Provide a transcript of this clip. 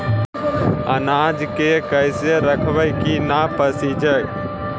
अनाज के कैसे रखबै कि न पसिजै?